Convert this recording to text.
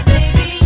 Baby